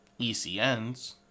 ECNs